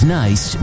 nice